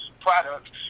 products